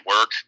work